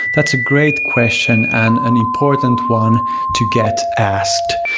that's a great question and an important one to get asked.